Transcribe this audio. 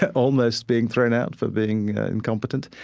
ah almost being thrown out for being incompetent,